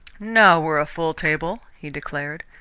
now we're a full table, he declared.